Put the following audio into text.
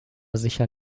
sicher